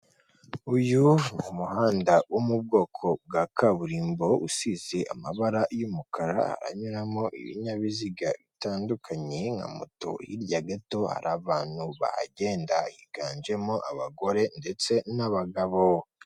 Uyu ni muhanda wo mu bwoko bwa kaburimbo usize amabara y'umukara anyuramo ibinyabiziga bitandukanye nka moto, hirya gato hari abantu bahagenda higanjemo abagore ndetse n'abagabo.